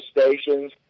stations